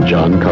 John